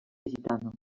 gitano